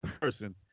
person